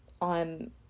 on